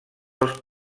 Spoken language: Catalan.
als